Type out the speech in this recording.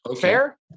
Fair